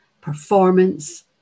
performance